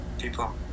people